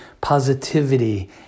positivity